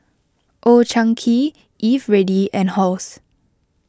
Old Chang Kee Eveready and Halls